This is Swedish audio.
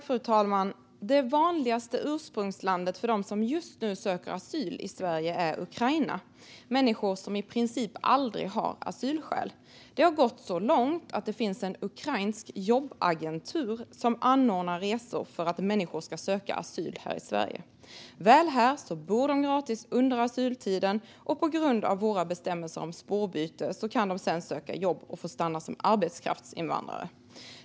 Fru talman! Det vanligaste ursprungslandet för dem som just nu söker asyl i Sverige är Ukraina. Det är människor som i princip aldrig har asylskäl. Det har gått så långt att det finns en ukrainsk jobbagentur som anordnar resor för att människor ska söka asyl här i Sverige. Väl här bor de gratis under asyltiden, och på grund av våra bestämmelser om spårbyte kan de sedan söka jobb och få stanna som arbetskraftsinvandrare.